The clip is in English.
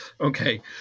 okay